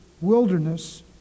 wilderness